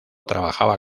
trabajaba